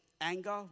Anger